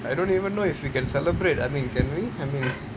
I don't even know if we can celebrate I mean can we I mean